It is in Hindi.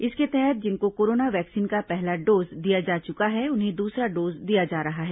इसके तहत जिनको कोरोना वैक्सीन का पहला डोज दिया जा चुका है उन्हें दूसरा डोज दिया जा रहा है